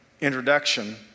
introduction